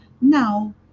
now